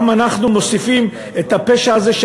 אנחנו גם מוסיפים את הפשע הזה,